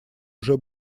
уже